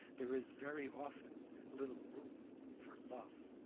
there is very often little room for love.